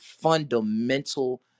fundamental